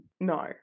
No